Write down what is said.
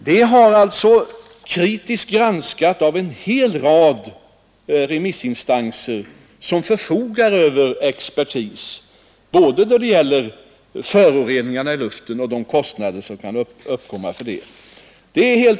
Det har kritiskt granskats av en hel rad remissinstanser, som förfogar över expertis både då det gäiler föroreningar i luften och de kostnader som kan uppkomma för att avhjälpa dem.